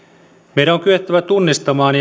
meidän on kyettävä tunnistamaan